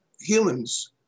humans